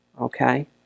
okay